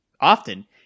often